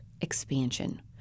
expansion